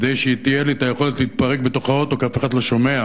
כדי שתהיה לי היכולת להתפרק בתוך האוטו כי אף אחד לא שומע,